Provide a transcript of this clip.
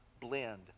blend